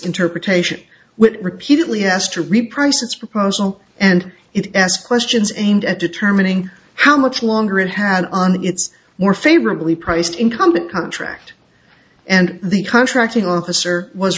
interpretation which it repeatedly asked to reprice its proposal and it asked questions aimed at determining how much longer it had on its more favorably priced incumbent contract and the contracting officer was